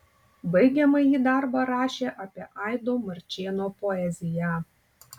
baigiamąjį darbą rašė apie aido marčėno poeziją